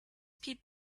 pete